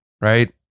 right